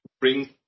bring